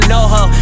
Noho